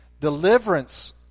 deliverance